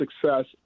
success